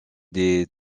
des